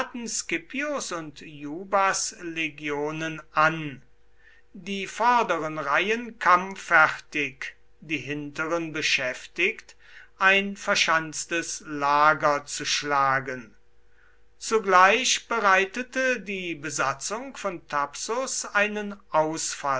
und jubas legionen an die vorderen reihen kampffertig die hinteren beschäftigt ein verschanztes lager zu schlagen zugleich bereitete die besatzung von thapsus einen